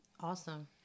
awesome